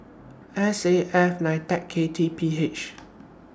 S A F NITEC K T P H